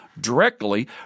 directly